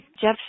Jeff